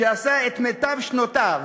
שעשה את מיטב שנותיו